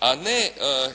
A ne